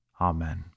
Amen